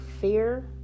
fear